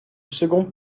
second